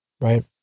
right